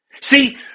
See